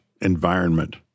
environment